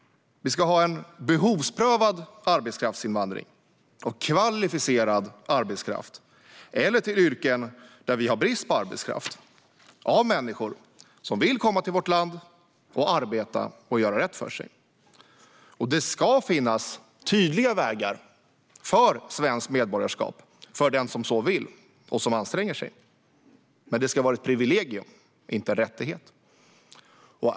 Vi ska ha en behovsprövad arbetskraftsinvandring av kvalificerad arbetskraft, eller till yrken där vi har brist på arbetskraft, av människor som vill komma till vårt land och arbeta och göra rätt för sig. Det ska finnas tydliga vägar till svenskt medborgarskap för den som så vill och som anstränger sig, men det ska vara ett privilegium, inte en rättighet.